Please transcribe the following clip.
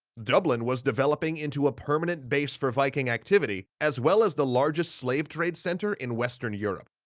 dublin was developing into a permanent base for viking activity, as well as the largest slave trade center in western europe.